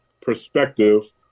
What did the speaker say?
perspective